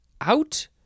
Out